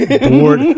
bored